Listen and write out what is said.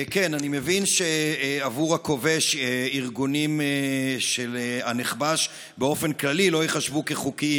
אני מבין שעבור הכובש ארגונים של הנכבש באופן כללי לא ייחשבו חוקיים.